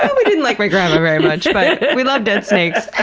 and we didn't like my grandma very much, but yeah we loved dead snakes. ah